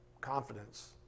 confidence